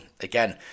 again